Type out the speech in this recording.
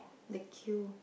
the queue